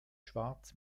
schwarz